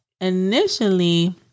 initially